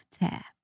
tap